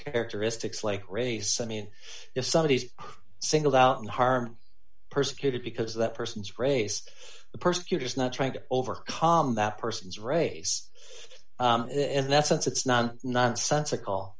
characteristics like race i mean if somebody is singled out and harmed persecuted because of that person's race the persecutors not trying to overcome that person's race in that sense it's not nonsensical